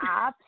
apps